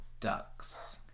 ducks